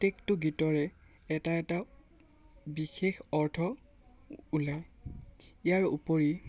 প্ৰত্যেকটো গীতৰে এটা এটা বিশেষ অৰ্থ ওলায় ইয়াৰ উপৰি